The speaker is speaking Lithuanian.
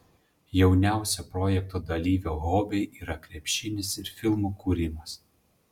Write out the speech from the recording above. jauniausio projekto dalyvio hobiai yra krepšinis ir filmų kūrimas